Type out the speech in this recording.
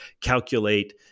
calculate